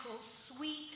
sweet